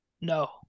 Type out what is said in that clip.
No